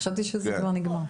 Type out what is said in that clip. חשבתי שזה כבר נגמר.